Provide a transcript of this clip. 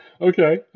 Okay